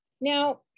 now